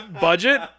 budget